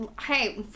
Hey